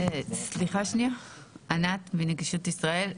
נגישות ישראל.